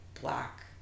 black